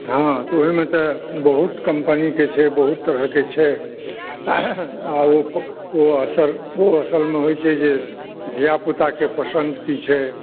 हँ ओहिमे तऽ बहुत कम्पनीके छै बहुत तरहके छै ओ असल ओ असलमे होइत छै जे धिआ पूताके पसन्द की छै